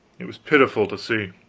it was pitiful to see.